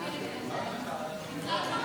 העברת מידע מלא בעת מעבר בין קופות החולים),